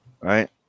Right